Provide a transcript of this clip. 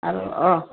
আৰু অঁ